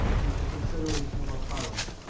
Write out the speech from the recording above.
is the consideration of a parliament,